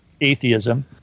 atheism